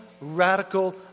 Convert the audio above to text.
radical